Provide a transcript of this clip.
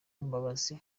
mbabazi